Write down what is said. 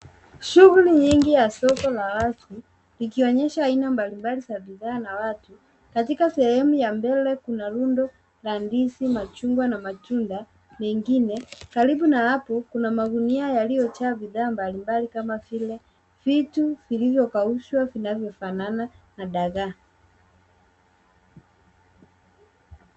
Shughuli nyingi ya soko la wazi likionyesha aina mbali mbali za bidhaa na watu. Katika sehemu ya mbele kuna rundo la ndizi, machungwa na matunda mengine. Karibu na hapo kuna magunia yaliyojaa bidhaa mbali mbali kama vile vitu vilivyokaushwa vinavyofanana na dagaa.